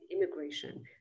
immigration